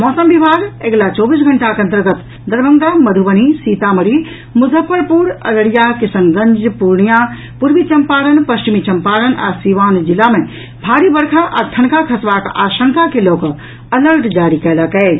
मौसम विभाग अगिला चौबीस घंटाक अन्तर्गत दरभंगा मधुबनी सीतामढ़ी मुजफ्फरपुर अररिया किशनगंज पूर्णियां पूर्वी चम्पारण पश्चिमी चम्पारण आ सीवान जिला मे भारी वर्षा आ ठनका खसबाक आशंका के लऽ कऽ अलर्ट जारी कयलक अछि